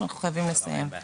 אנחנו חייבים לסיים.